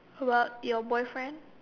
well your boyfriend